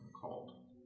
called